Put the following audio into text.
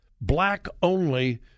Black-only